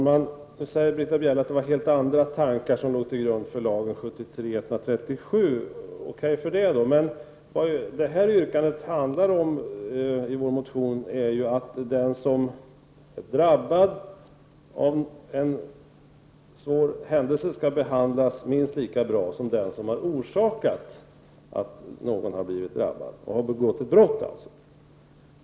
Herr talman! Britta Bjelle säger att helt andra tankar låg till grund för lagen 1973:137. Okej, men vårt yrkande i motionen går ut på att den som drabbas av en svår händelse skall behandlas minst lika bra som den som har orsakat den, dvs. den som har begått ett brott.